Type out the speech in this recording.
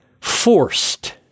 forced